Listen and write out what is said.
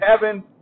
heaven